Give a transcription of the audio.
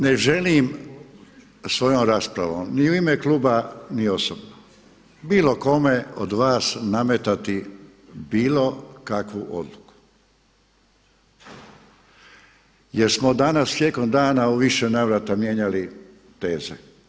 Ne želim svojom raspravom ni u ime kluba, ni osobno bilo kome od vas nametati bilo kakvu odluku jer smo danas tijekom dana u više navrata mijenjali teze.